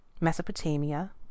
Mesopotamia